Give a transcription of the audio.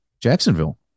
Jacksonville